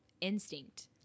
instinct